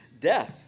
death